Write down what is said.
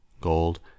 gold